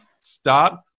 Start